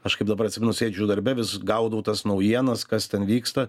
aš kaip dabar atsimenu sėdžiu darbe vis gaudau tas naujienas kas ten vyksta